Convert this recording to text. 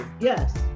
Yes